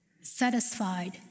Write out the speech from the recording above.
Satisfied